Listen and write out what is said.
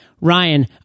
Ryan